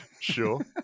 sure